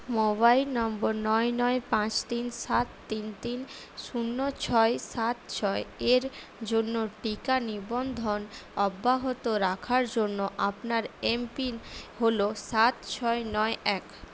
mobile নম্বর নয় নয় পাঁচ তিন সাত তিন তিন শূন্য ছয় সাত ছয়ের জন্য টিকা নিবন্ধন অব্যাহত রাখার জন্য আপনার এমপিন হলো সাত ছয় নয় এক